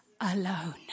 alone